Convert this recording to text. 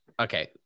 okay